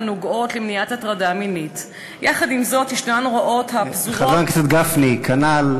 עם זאת, יש הוראות הפזורות, חבר הכנסת גפני, כנ"ל.